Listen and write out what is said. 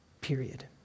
Period